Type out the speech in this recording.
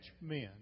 men